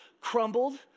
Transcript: crumbled